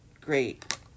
great